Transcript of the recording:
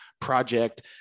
project